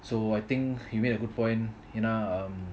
so I think he made a good point என்ன:enna um